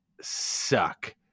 suck